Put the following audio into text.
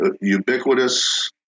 ubiquitous